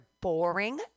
boring